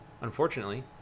Unfortunately